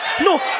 No